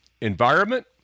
environment